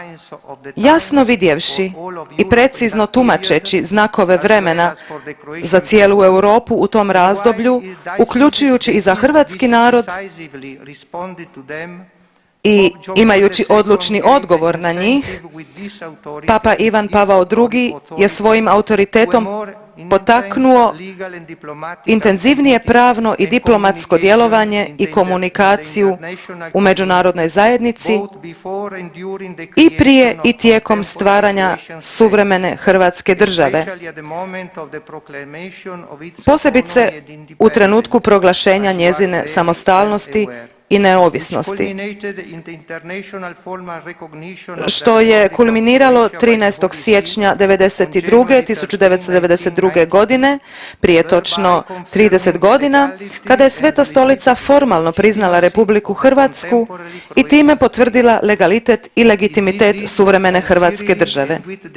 Jasno vidjevši i precizno tumačeći znakove vremena za cijelu Europu u tom razdoblju uključujući i za hrvatski narod i imajući odlučni odgovor na njih Papa Ivan Pavao II. je svojim autoritetom potaknuo intenzivnije pravno i diplomatsko djelovanje i komunikaciju u međunarodnoj zajednici i prije i tijekom stvaranja suvremene hrvatske države, posebice u trenutku proglašenja njezine samostalnosti i neovisnosti, što je kulminiralo 13. siječnja '92., 1992.g. prije točno 30.g. kada je Sveta Stolica formalno priznala RH i time potvrdila legalitet i legitimitet suvremene hrvatske države.